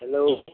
hello